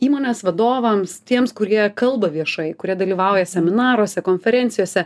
įmonės vadovams tiems kurie kalba viešai kurie dalyvauja seminaruose konferencijose